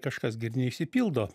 kažkas gi ir neišsipildo